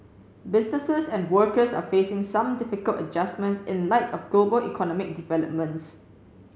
businesses and workers are facing some difficult adjustments in light of global economic developments